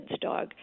dog